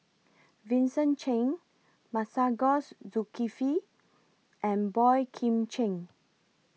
Vincent Cheng Masagos Zulkifli and Boey Kim Cheng